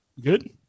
Good